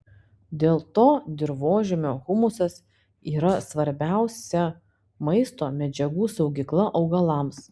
dėl to dirvožemio humusas yra svarbiausia maisto medžiagų saugykla augalams